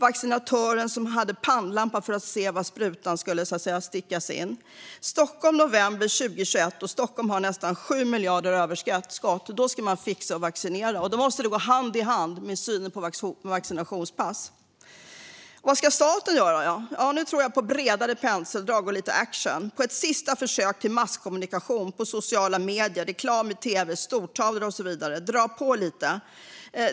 Vaccinatören hade pannlampa för att se var sprutan skulle stickas in. Detta var Stockholm i november 2021, och Stockholm har nästan 7 miljarder i överskott. Då ska man fixa att vaccinera. Och detta måste gå hand i hand med synen på vaccinationspass. Vad ska staten då göra? Nu tror jag på bredare penseldrag och lite action - på ett sista försök till masskommunikation på sociala medier, genom reklam i tv, på stortavlor och så vidare. Dra på lite!